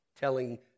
telling